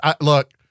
look